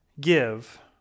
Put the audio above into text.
give